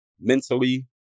mentally